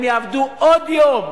הם יעבדו עוד יום,